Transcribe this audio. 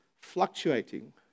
fluctuating